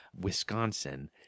Wisconsin